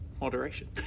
moderation